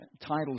titles